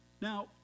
Now